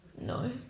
no